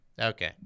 Okay